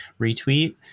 retweet